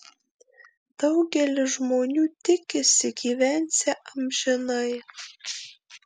daugelis žmonių tikisi gyvensią amžinai